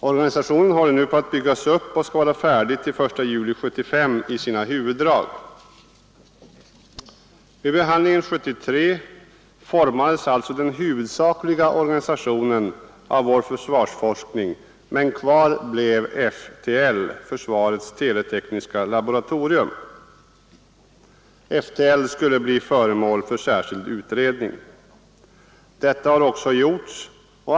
Organisationen håller nu på att byggas upp och skall i sina huvuddrag vara färdig till den 1 juli 1975. Vid behandlingen 1973 utformades den huvudsakliga organisationen för vår försvarsforskning, men kvar blev försvarets teletekniska laboratorium , som skulle göras till föremål för särskild utredning. Så har också skett.